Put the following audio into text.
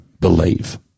Believe